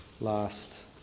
last